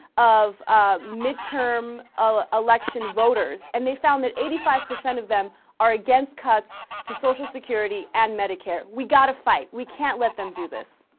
of ah midterm ah. election voters and they found that eighty five percent of them are against cuts to social security and medicare we gotta fight we can't let them do this